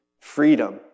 freedom